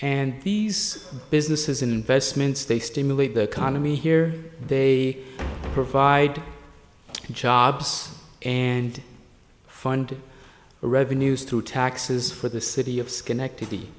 and these businesses investments they stimulate the economy here they provide jobs and fund revenues through taxes for the city of schenectady